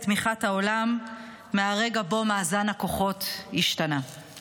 תמיכת העולם מהרגע שבו מאזן הכוחות השתנה.